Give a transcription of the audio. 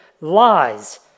lies